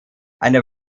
eine